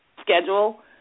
schedule